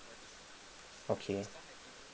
okay